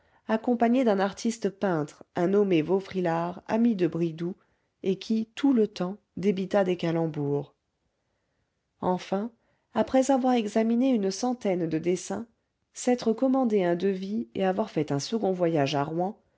accompagnés d'un artiste peintre un nommé vaufrylard ami de bridoux et qui tout le temps débita des calembours enfin après avoir examiné une centaine de dessins s'être commandé un devis et avoir fait un second voyage à rouen